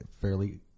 fairly